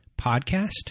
podcast